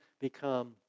become